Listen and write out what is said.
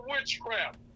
witchcraft